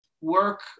Work